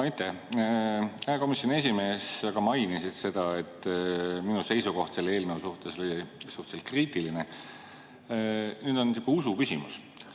Aitäh! Hea komisjoni esimees! Sa mainisid seda, et minu seisukoht selle eelnõu suhtes oli suhteliselt kriitiline. Nüüd on sihuke usu küsimus.